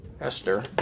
Esther